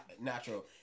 natural